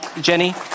Jenny